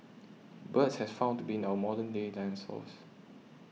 birds has found to be our modern day dinosaurs